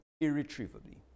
irretrievably